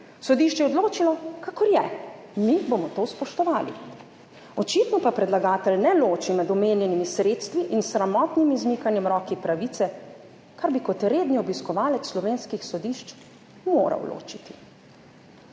Sodišče je odločilo, kakor je, mi bomo to spoštovali. Očitno pa predlagatelj ne loči med omenjenimi sredstvi in sramotnim izmikanjem roki pravice, kar bi kot redni obiskovalec slovenskih sodišč moral ločiti.